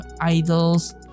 idols